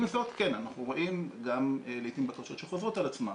עם זאת, כן, אנחנו רואים בקשות שחוזרות על עצמן.